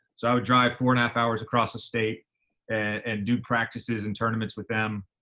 so i would drive four-and-a-half hours across the state and do practices and tournaments with them.